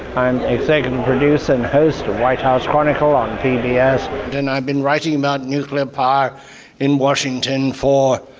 i'm executive producer and host of white house chronicle on pbs. and i've been writing about nuclear power in washington for